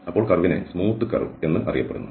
അപ്പോൾ curve smooth curve എന്ന് അറിയപ്പെടുന്നു